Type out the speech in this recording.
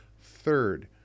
Third